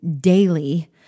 daily